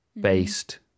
based